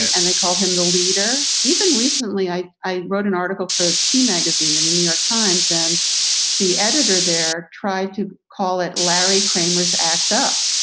and they called him the leader. even recently, i i wrote an article for the tea magazine in the new york times, and the editor there tried to call it larry kramer's act up.